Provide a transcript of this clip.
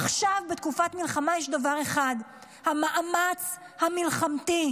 עכשיו, בתקופת מלחמה, יש דבר אחד, המאמץ המלחמתי.